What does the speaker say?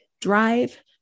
drive